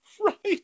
Right